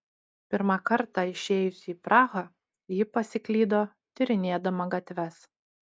pirmą kartą išėjusi į prahą ji pasiklydo tyrinėdama gatves